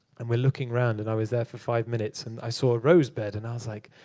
and we're looking around. and i was there for five minutes. and i saw a rose bed. and i was like,